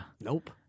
Nope